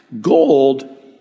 gold